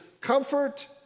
comfort